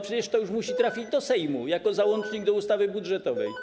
Przecież to już musi trafić do Sejmu jako załącznik do ustawy budżetowej.